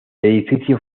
edificio